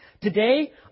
Today